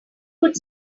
could